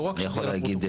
אני יכול להגיד,